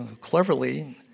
cleverly